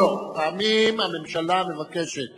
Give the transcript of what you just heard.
לא, לא, לפעמים הממשלה מבקשת